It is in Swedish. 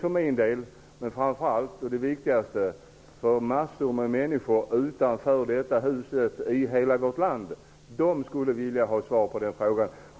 För mig men framför allt -- och det är det viktigaste -- för massor med människor utanför detta hus i hela vårt land vore det angeläget med ett svar på den frågan.